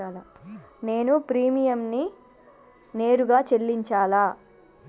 నేను ప్రీమియంని నేరుగా చెల్లించాలా?